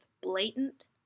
blatant